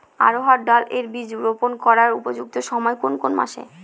অড়হড় ডাল এর বীজ রোপন করার উপযুক্ত সময় কোন কোন মাস?